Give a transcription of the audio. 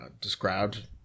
described